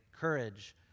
courage